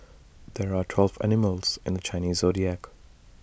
there are twelve animals in the Chinese Zodiac